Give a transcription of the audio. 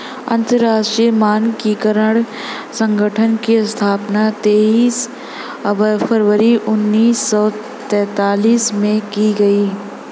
अंतरराष्ट्रीय मानकीकरण संगठन की स्थापना तेईस फरवरी उन्नीस सौ सेंतालीस में की गई